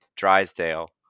Drysdale